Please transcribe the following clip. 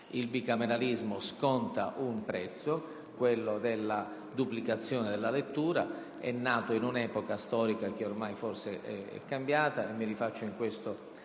Il bicameralismo sconta un prezzo, quello della duplicazione della lettura. È nato in un'epoca storica che ormai forse è cambiata e in ciò mi rifaccio ad alcune